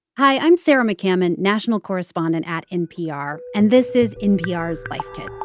hi. i'm sarah mccammon, national correspondent at npr, and this is npr's life kit.